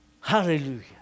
Hallelujah